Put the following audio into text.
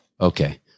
Okay